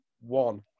one